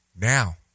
now